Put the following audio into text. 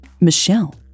Michelle